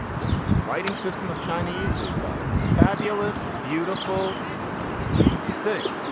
yeah writing system of chinese is a fabulous, beautiful, treacherous, clumsy thing.